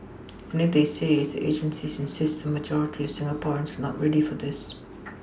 and if they say if the agencies insist the majority of Singaporeans are not ready for this